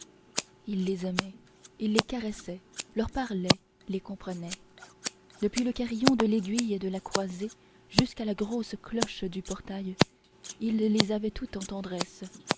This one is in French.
il les aimait les caressait leur parlait les comprenait depuis le carillon de l'aiguille de la croisée jusqu'à la grosse cloche du portail il les avait toutes en tendresse